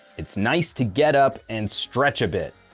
it's nice to get up and stretch a bit.